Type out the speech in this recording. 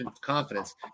confidence